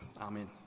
Amen